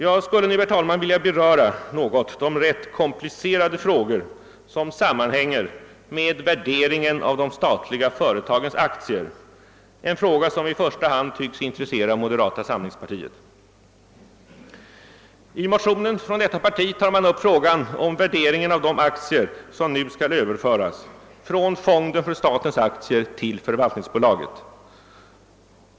Jag skulle nu, herr talman, något vilja beröra de rätt komplicerade frågor som sammanhänger med värderingen av de statliga företagens aktier, en fråga som i första hand tycks intressera moderata samlingspartiet. I motionsparet från detta parti tar man upp frågan om värderingen av de aktier som nu skall överföras från fonden för statens aktier till förvaltningsbolaget.